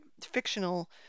fictional